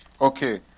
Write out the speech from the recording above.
Okay